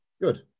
Good